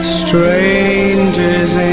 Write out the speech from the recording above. strangers